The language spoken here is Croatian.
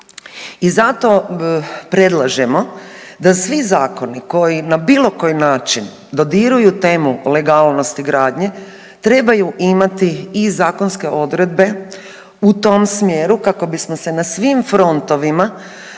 I zato predlažemo da svi zakoni koji na bilo koji način dodiruju temu legalnosti gradnje trebaju imati i zakonske odredbe u tom smjeru kako bismo se na svim frontovima